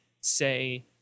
say